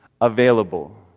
available